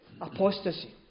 Apostasy